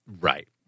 Right